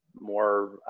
more